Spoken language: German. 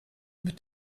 mit